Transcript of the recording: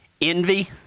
envy